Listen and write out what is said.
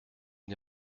une